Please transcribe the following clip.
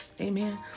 Amen